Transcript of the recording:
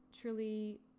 truly